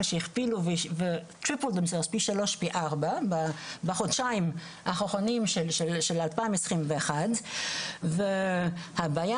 שהכפילו פי שלוש ופי ארבע בחודשיים האחרונים של 2021. הבעיה